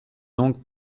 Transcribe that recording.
donc